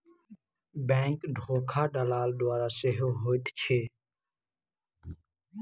bank धोखा दलाल द्वारा सेहो होइत अछि